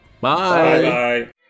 Bye